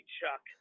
Chuck